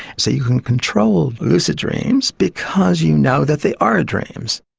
so you can control lucid dreams because you know that they are dreams.